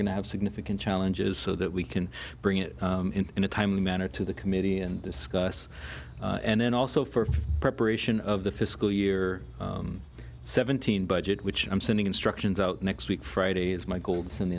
going to have significant challenges so that we can bring it in in a timely manner to the committee and discuss and then also for preparation of the fiscal year seventeen budget which i'm sending instructions out next week friday as m